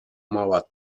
mała